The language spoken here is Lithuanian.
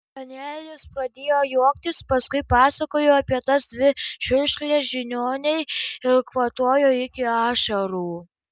danielis pradėjo juoktis paskui pasakojo apie tas dvi čiurkšles žiniuonei ir kvatojo iki ašarų